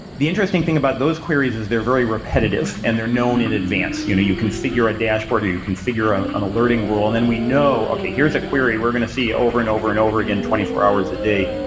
the interesting thing about those queries is they're very repetitive and they're known in advance. you know you configure a dashboard or you can configure ah an alerting rule. then we know, okay. here's a query we're going to see over and over and over again twenty four hours a day.